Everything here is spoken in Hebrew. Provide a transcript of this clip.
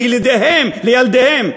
לילדיהם,